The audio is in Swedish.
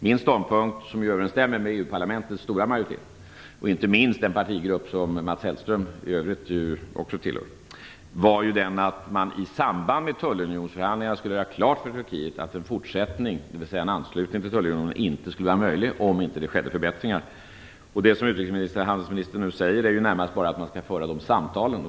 Min ståndpunkt, som överensstämmer med den som en stor majoritet i EU-parlamentet och inte minst Mats Hellströms partigrupp har, var att man i samband med tullunionsförhandlingarna skulle göra klart för Turkiet att en anslutning till tullunionen inte skulle vara möjlig, om det inte skedde förbättringar. Vad utrikeshandelsministern nu säger är närmast bara att man skall föra dessa samtal.